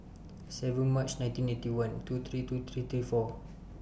seven March nineteen Eighty One two three two three three four